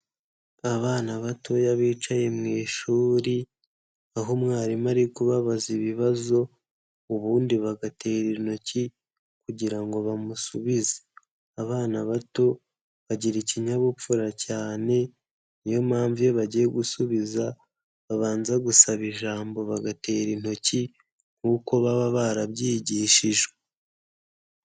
Abana batoya bicaye mu ishuri, aho umwarimu ari kubabaza ibibazo, ubundi bagatera intoki kugira ngo bamusubize. Abana bato bagira ikinyabupfura cyane, niyo mpamvu iyo bagiye gusubiza babanza gusaba ijambo bagatera intoki nk'uko baba barabyigishijwe.